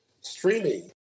streaming